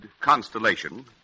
Constellation